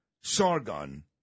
Sargon